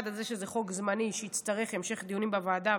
1. שזה חוק זמני שיצטרך המשך דיונים בוועדה,